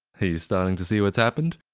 are you starting to see what's happened?